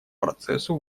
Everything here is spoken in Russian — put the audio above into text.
процессу